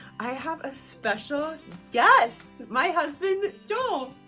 i have a special guest my husband, joel.